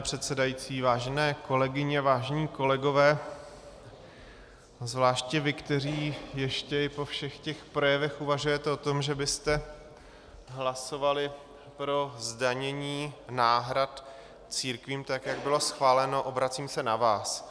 Pane předsedající, vážené kolegyně, vážení kolegové, zvláště vy, kteří ještě i po všech těch projevech uvažujete o tom, že byste hlasovali pro zdanění náhrad církvím, tak jak bylo schváleno, obracím se na vás.